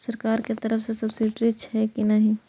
सरकार के तरफ से सब्सीडी छै कि नहिं?